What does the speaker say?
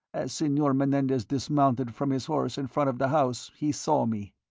as senor menendez dismounted from his horse in front of the house he saw me.